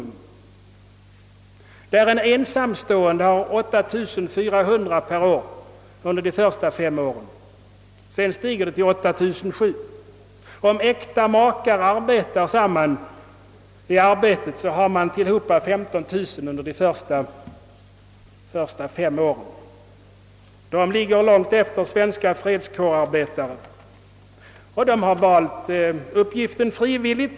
Enligt denna stat har en ensamstående 8 400 kronor per år under de första fem åren. Sedan stiger summan till 8 700 kronor. Om äkta makar arbetar samman har de tillsammans 15000 kronor under de första fem åren. De ligger långt efter svenska fredskårarbetare. De har valt uppgiften frivilligt.